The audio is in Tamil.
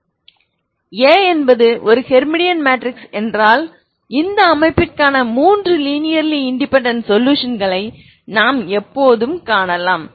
A என்பது ஒரு ஹெர்மிடியன் மேட்ரிக்ஸ் என்றால் இந்த அமைப்பிற்கான மூன்று லீனியர்ர்லி இன்டெபேன்டென்ட் சொலுஷன்களை நான் எப்போதும் காணலாம்